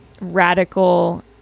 radical